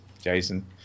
Jason